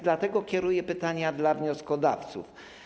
Dlatego kieruję pytania do wnioskodawców.